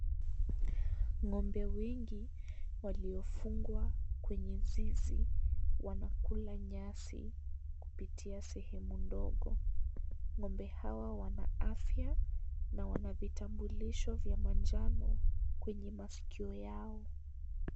Ngombe wengi waliofugwa kwenye zizi wanakula nyasi kupitia sehemu ndogo , ngombe hawa wana afya na wana vitambulisho vya manjano kwenye maskio yao .